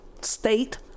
state